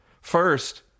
First